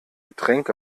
getränk